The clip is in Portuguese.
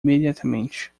imediatamente